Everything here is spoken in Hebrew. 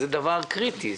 זה דבר קריטי.